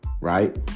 Right